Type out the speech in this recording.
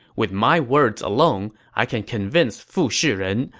with my words alone, i can convince fushi ren,